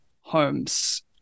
homes